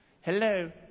Hello